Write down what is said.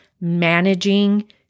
managing